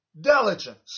diligence